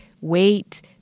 weight